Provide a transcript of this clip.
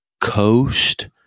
coast